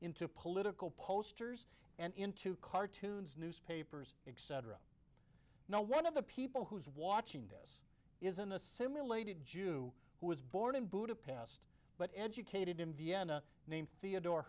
into political posters and into cartoons newspapers etc now one of the people who is watching this isn't a simulated june who was born in budapest but educated in vienna named theodore